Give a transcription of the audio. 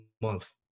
month